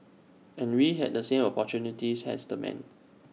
and we had the same opportunities as the men